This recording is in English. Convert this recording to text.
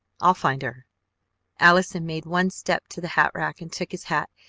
i'll find her allison made one step to the hat-rack and took his hat,